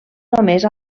només